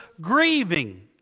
grieving